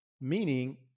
Meaning